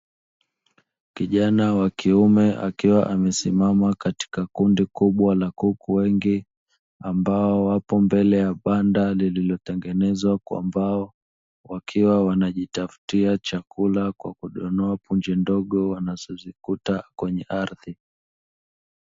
Kijana wa kiume akiwa amesimama katika kundi kubwa la kuku wengi ambao wapo mbele ya banda lililotengenezwa kwa mbao, wakiwa wakijitafutia chakula kwa kudonoa punje ndogo wanazo zikuta kwenye ardhi.